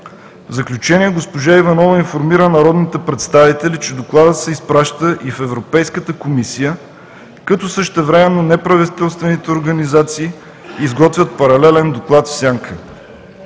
В заключение, госпожа Иванова информира народните представители, че докладът се изпраща и в Европейската комисия, като същевременно неправителствените организации изготвят паралелен доклад „в сянка“.